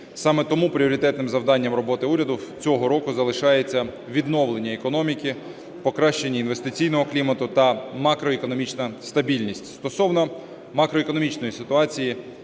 Саме тому пріоритетним завданням роботи уряду цього року залишається відновлення економіки, покращення інвестиційного клімату та макроекономічна стабільність. Стосовно макроекономічної ситуації.